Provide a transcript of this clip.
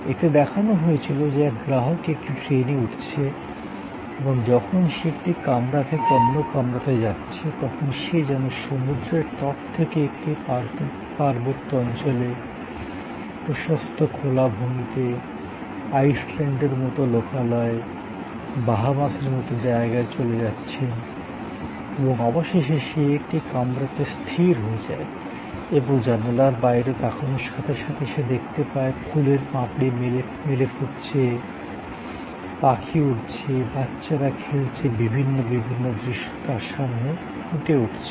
এতে দেখানো হয়েছিল যে এক গ্রাহক একটি ট্রেনে উঠেছে এবং যখন সে একটি কামরা থেকে অন্য কামরাতে যাচ্ছে তখন সে যেন সমুদ্রের তট থেকে একটি পার্বত্য অঞ্চলে প্রশস্ত খোলা ভূমিতে আইসল্যান্ডের মতো লোকালয়ে বাহামাসের মতো জায়গায় চলে যাচ্ছেন এবং অবশেষে সে একটি কামরাতে স্থির হয়ে যায় এবং জানালার বাইরে তাকানোর সাথে সাথে সে দেখতে পায় ফুলের পাঁপড়ি মেলে ফুটছে পাখি উড়ছে বাচ্চারা খেলছে বিভিন্ন বিভিন্ন দৃশ্য তার সামনে ফুটে উঠছে